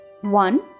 One